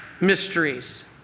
mysteries